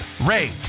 rate